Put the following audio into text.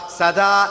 Sada